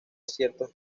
ciertos